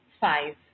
five